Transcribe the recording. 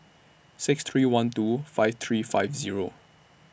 six three one two five three five Zero